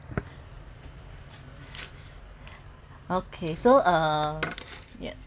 okay so uh yup